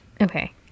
okay